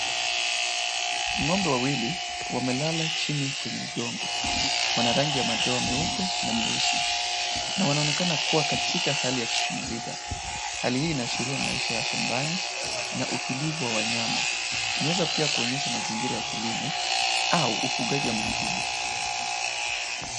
Ng'ombe wawili wamelala chini kwenye udongo. Wana rangi ya madoa meupe na meusi na wanaonekana kuwa katika hali ya kupumzika. Hali hii inaashiria maisha ya shambani na utulivu wa wanyama. Inaweza pia kuonyesha mazingira ya kilimo au ufugaji wa mifugo.